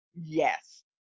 yes